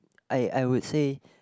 I I would say